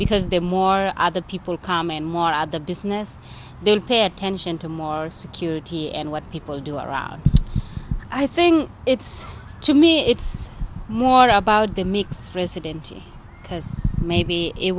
because there are more other people come and more out of the business then pay attention to more security and what people do are out i think it's to me it's more about the mixed president because maybe it